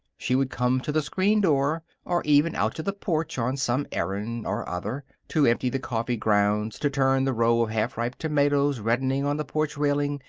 she would come to the screen door, or even out to the porch on some errand or other to empty the coffee grounds, to turn the row of half-ripe tomatoes reddening on the porch railing,